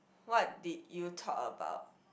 what did you talk about